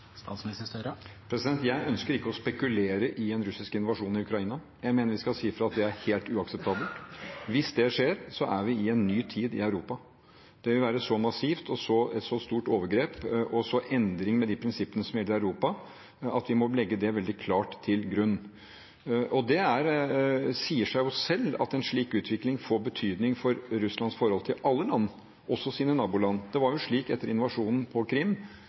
Jeg ønsker ikke å spekulere i en russisk invasjon i Ukraina. Jeg mener vi skal si fra at det er helt uakseptabelt. Hvis det skjer, er vi i en ny tid i Europa. Det vil være et så massivt og stort overgrep, og også en endring med de prinsippene som gjelder i Europa, at vi må legge det veldig klart til grunn. Det sier seg selv at en slik utvikling får betydning for Russlands forhold til alle land, også til sine naboland. Det var jo slik etter invasjonen på Krim